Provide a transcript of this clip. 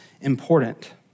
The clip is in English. important